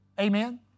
Amen